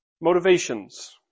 Motivations